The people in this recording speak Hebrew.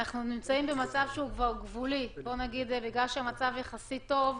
אנחנו נמצאים במצב גבולי בגלל שהמצב יחסית טוב,